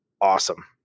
awesome